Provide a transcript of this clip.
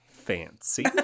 fancy